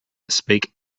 speak